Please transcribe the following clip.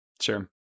sure